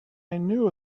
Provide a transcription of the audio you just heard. knew